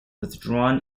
withdrawn